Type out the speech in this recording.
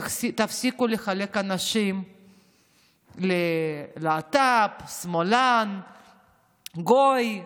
תפסיקו לחלק אנשים ללהט"ב, שמאלן, גוי,